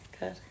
Good